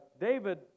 David